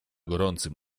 gorącym